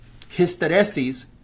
hysteresis